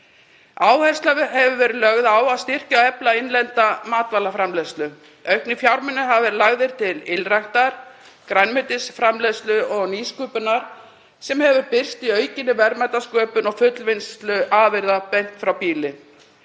Áhersla hefur verið lögð á að styrkja og efla innlenda matvælaframleiðslu. Auknir fjármunir hafa verið lagðir til ylræktar, grænmetisframleiðslu og nýsköpunar sem hefur birst í aukinni verðmætasköpun og fullvinnslu afurða beint frá býli.